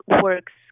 works